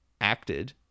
acted